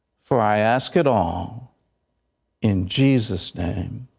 for i ask it all in jesus name,